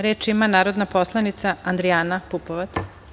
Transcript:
Reč ima narodna poslanica Adrijana Pupovac.